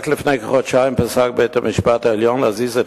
רק לפני כחודשיים פסק בית-משפט העליון שיש להזיז את